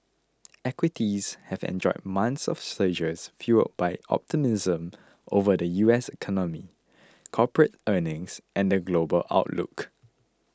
equities have enjoyed months of surges fuelled by optimism over the U S economy corporate earnings and the global outlook